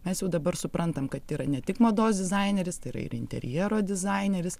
mes jau dabar suprantam kad yra ne tik mados dizaineris tai yra ir interjero dizaineris